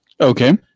Okay